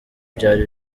byari